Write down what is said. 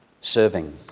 serving